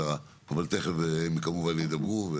אבל תכף הם ידברו.